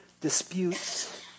disputes